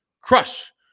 Crush